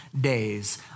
days